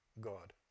God